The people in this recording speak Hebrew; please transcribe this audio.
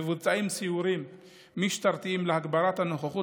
מבוצעים סיורים משטרתיים להגברת הנוכחות